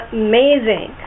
amazing